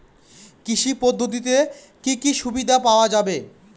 কৃষি পদ্ধতিতে কি কি সুবিধা পাওয়া যাবে?